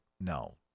No